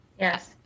Yes